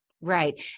Right